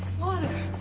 water.